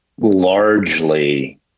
largely